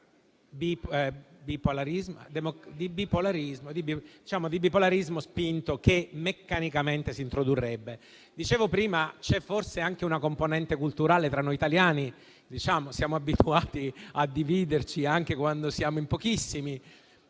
un bipolarismo spinto che meccanicamente si introdurrebbe. Prima dicevo che forse c'è anche una componente culturale tra noi italiani, che siamo abituati a dividerci anche quando siamo in pochissimi.